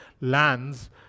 lands